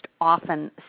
often